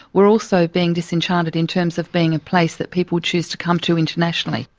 we're also being disenchanted in terms of being a place that people choose to come to internationally.